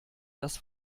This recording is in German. dass